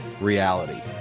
reality